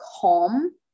calm